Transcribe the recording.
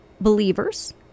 believers